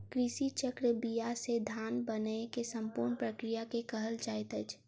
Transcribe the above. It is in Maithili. कृषि चक्र बीया से धान बनै के संपूर्ण प्रक्रिया के कहल जाइत अछि